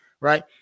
right